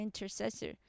intercessor